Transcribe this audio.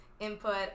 input